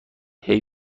هیچی